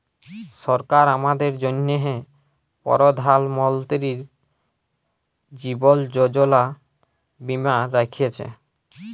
সরকার আমাদের জ্যনহে পরধাল মলতিরি জীবল যোজলা বীমা রাখ্যেছে